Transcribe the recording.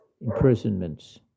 imprisonments